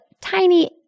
tiny